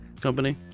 company